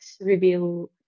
reveal